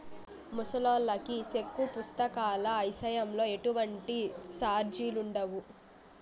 ముసలాల్లకి సెక్కు పుస్తకాల ఇసయంలో ఎటువంటి సార్జిలుండవు